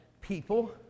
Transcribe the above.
people